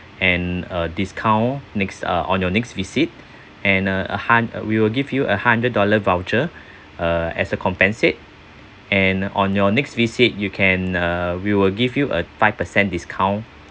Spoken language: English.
and a discount next uh on your next visit and a hun~ we will give you a hundred dollar voucher uh as a compensate and on your next visit you can uh we will give you a five percent discount